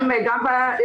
ואני מודה בזה.